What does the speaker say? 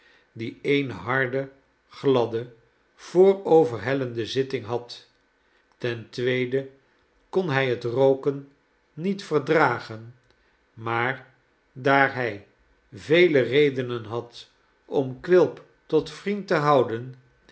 die eene harde gladde vooroverhellende zitting had ten tweede kon hij het rooken niet verdragen maar daar hij vele redenen had om quilp tot vriend te houden